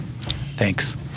Thanks